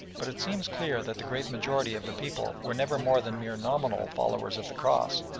but it seems clear that the great majority of the people were never more than mere nominal followers of the cross,